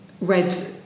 read